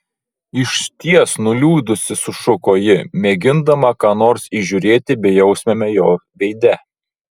išties nuliūdusi sušuko ji mėgindama ką nors įžiūrėti bejausmiame jo veide